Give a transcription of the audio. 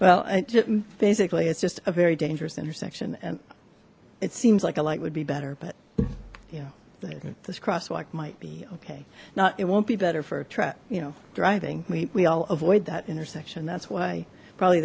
well i basically it's just a very dangerous intersection and it seems like a light would be better but yeah this crosswalk might be okay not it won't be better for a trap you know driving we all avoid that intersection that's why probably